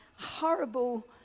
horrible